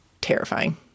terrifying